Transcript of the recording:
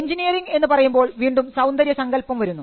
engineering എന്ന് പറയുമ്പോൾ വീണ്ടും സൌന്ദര്യസങ്കല്പം വരുന്നു